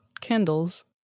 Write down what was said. candles